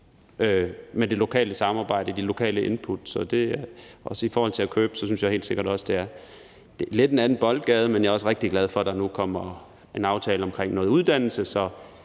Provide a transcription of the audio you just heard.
med det lokale samarbejde og de lokale input. Så i forhold til at købe synes jeg det helt sikkert også. Det er lidt en anden boldgade, men jeg er også rigtig glad for, at der nu kommer en aftale omkring noget uddannelse,